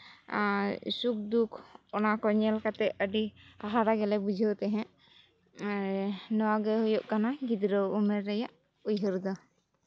ᱥᱩᱠ ᱫᱩᱠ ᱚᱱᱟ ᱠᱚ ᱧᱮᱞ ᱠᱟᱛᱮᱫ ᱟᱹᱰᱤ ᱦᱟᱦᱟᱲᱟ ᱜᱮᱞᱮ ᱵᱩᱡᱷᱟᱹᱣ ᱛᱟᱦᱮᱸᱫ ᱟᱨ ᱱᱚᱣᱟᱜᱮ ᱦᱩᱭᱩᱜ ᱠᱟᱱᱟ ᱜᱤᱫᱽᱨᱟᱹ ᱩᱢᱮᱨ ᱨᱮᱭᱟᱜ ᱩᱭᱦᱟᱹᱨ ᱫᱚ